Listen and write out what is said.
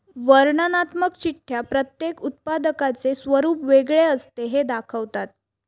वर्णनात्मक चिठ्ठ्या प्रत्येक उत्पादकाचे स्वरूप वेगळे असते हे दाखवतात